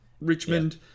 Richmond